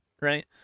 right